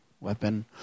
weapon